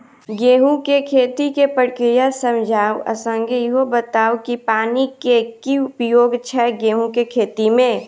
गेंहूँ केँ खेती केँ प्रक्रिया समझाउ आ संगे ईहो बताउ की पानि केँ की उपयोग छै गेंहूँ केँ खेती में?